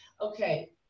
okay